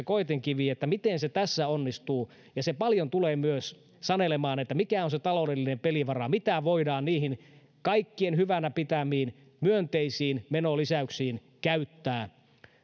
koetinkivi miten se tässä onnistuu ja paljon tulee sanelemaan myös se mikä on se taloudellinen pelivara mitä voidaan niihin kaikkien hyvänä pitämiin myönteisiin menolisäyksiin käyttää ja